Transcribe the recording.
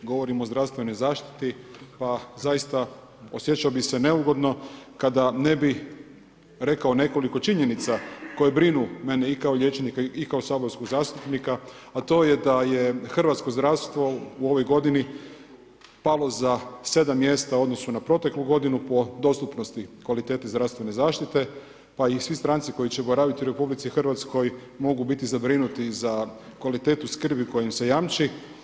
Govorim o zdravstvenoj zaštiti pa zaista osjećao bi se neugodno kada ne bi rekao nekoliko činjenica koje brinu mene i kao liječnika i kao saborskog zastupnika a to je da je hrvatsko zdravstvo u ovoj godini palo za 7 mjesta u odnosu na proteklu godinu po dostupnosti kvalitete zdravstvene zaštite pa i svi stranci koji će boraviti u RH mogu biti zabrinuti za kvalitetu skrbi koja im se jamči.